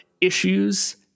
issues